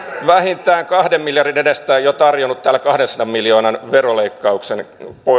vähintään kahden miljardin edestä jo tarjonneet täällä kahdensadan miljoonan veroleikkauksen